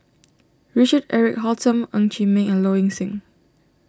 Richard Eric Holttum Ng Chee Meng and Low Ing Sing